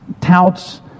touts